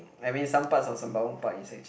I mean some parts of Sembawang Park is actually